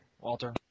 Walter